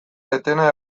etena